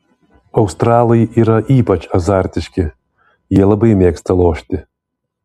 australai yra ypač azartiški jie labai mėgsta lošti